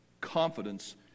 confidence